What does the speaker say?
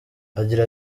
agira